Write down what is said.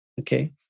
Okay